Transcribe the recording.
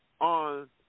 on